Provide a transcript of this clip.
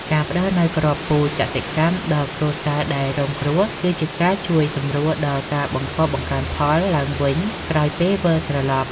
ការផ្តល់នូវគ្រាប់ពូជកសិកម្មដល់គ្រួសារដែលរងគ្រោះ គឺជាការជួយសម្រួលដល់ការបង្កបង្កើនផលឡើងវិញក្រោយពេលវិលត្រឡប់។